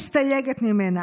מסתייגת ממנה.